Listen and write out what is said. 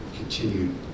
continued